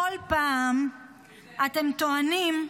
בכל פעם אתם טוענים: